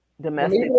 Domestic